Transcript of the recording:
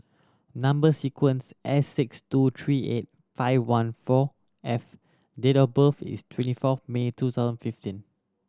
number sequence S six two three eight five one four F date of birth is twenty fourth May two thousand fifteen